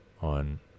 on